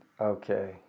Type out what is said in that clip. okay